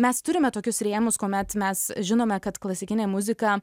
mes turime tokius rėmus kuomet mes žinome kad klasikinė muzika